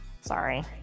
sorry